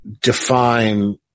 define